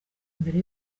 mbere